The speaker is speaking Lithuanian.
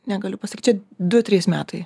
negaliu pasakyti du trys metai